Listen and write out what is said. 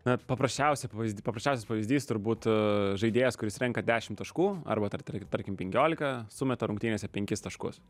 na paprasčiausia pavyzdys paprasčiausias pavyzdys turbūt žaidėjas kuris surenka dešimt taškų arba tarkim penkiolika sumeta rungtynėse penkis taškus